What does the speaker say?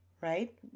right